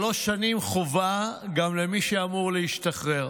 שלוש שנים חובה גם למי שאמור להשתחרר,